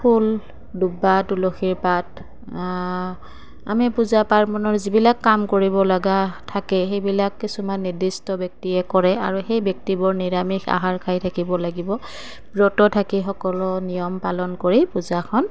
ফুল বা তুলসীৰ পাত আমি পূজা পাৰ্বণৰ যিবিলাক কাম কৰিব লগা থাকে সেইবিলাক কিছুমান নিৰ্দিষ্ট ব্যক্তিয়ে কৰে আৰু সেই ব্যক্তিবোৰ নিৰামিষ আহাৰ খাই থাকিব লাগিব ব্ৰতত থাকি সকলো নিয়ম পালন কৰি পূজাখন